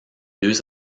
deux